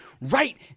right